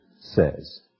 says